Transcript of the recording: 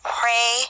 pray